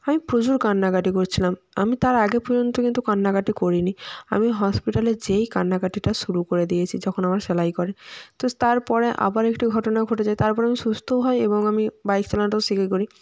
আমি প্রচুর কান্নাকাটি করছিলাম আমি তার আগে পর্যন্ত কিন্তু কান্নাকাটি করিনি আমি হসপিটালে যেয়েই কান্নাকাটিটা শুরু করে দিয়েছি যখন আমার সেলাই করে তো তারপরে আবার একটি ঘটনা ঘটেছে তারপরে আমি সুস্থও হই এবং আমি বাইক চালানোটা শিখে করি